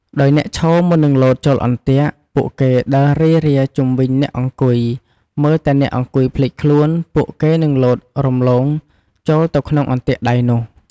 ដោយអ្នកឈរមុននឹងលោតចូលក្នុងអន្ទាក់ ពួកគេដើររេរាជុំវិញអ្នកអង្គុយ មើលតែអ្នកអង្គុយភ្លេចខ្លួន ពួកគេនឹងលោតរំលងចូលទៅក្នុងអន្ទាក់ដៃនោះ។